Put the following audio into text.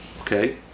Okay